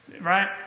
Right